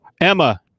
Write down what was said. Emma